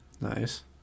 Nice